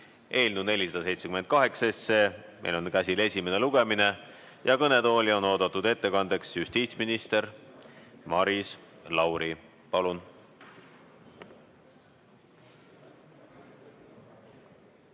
eelnõu 478. Meil on käsil esimene lugemine ja kõnetooli on ettekandeks oodatud justiitsminister Maris Lauri. Palun!